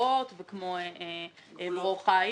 דורות וכמו ברור חיל.